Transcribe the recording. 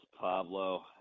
pablo